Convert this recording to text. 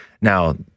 Now